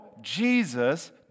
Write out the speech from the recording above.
Jesus